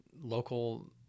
local